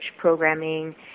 programming